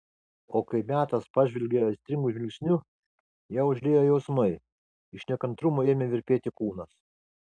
o kai metas pažvelgė aistringu žvilgsniu ją užliejo jausmai iš nekantrumo ėmė virpėti kūnas